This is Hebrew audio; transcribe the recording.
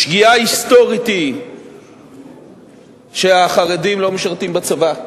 שגיאה היסטורית היא שהחרדים לא משרתים בצבא,